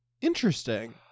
Interesting